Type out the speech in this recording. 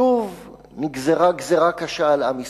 שוב נגזרה גזירה קשה על עם ישראל,